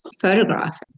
photograph